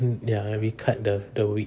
mm ya we cut the the wig